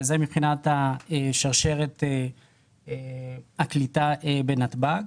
זה מבחינת שרשרת הקליטה בנתב"ג.